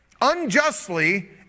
unjustly